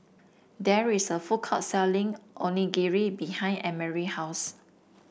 there is a food court selling Onigiri behind Emery house